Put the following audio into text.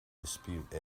dispute